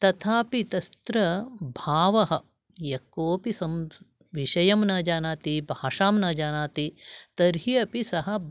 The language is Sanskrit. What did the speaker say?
तथापि तत्र भावः यः कोपि सं विषयं न जानाति भाषां न जानाति तर्हि अपि सः